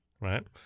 right